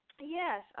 Yes